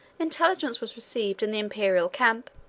intelligence was received in the imperial camp,